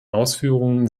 ausführungen